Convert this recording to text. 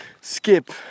skip